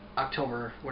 October